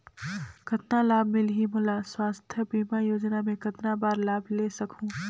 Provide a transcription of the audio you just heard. कतना लाभ मिलही मोला? स्वास्थ बीमा योजना मे कतना बार लाभ ले सकहूँ?